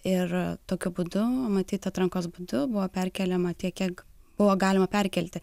ir tokiu būdu matyt atrankos būdu buvo perkeliama tiek kiek buvo galima perkelti